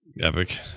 Epic